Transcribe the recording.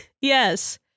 Yes